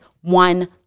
one